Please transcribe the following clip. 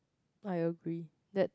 I agree that